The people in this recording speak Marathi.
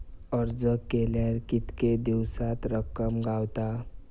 अर्ज केल्यार कीतके दिवसात रक्कम गावता?